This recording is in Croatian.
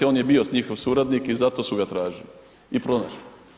On je bio njihov suradnik i zato su ga tražili i pronašli.